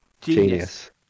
Genius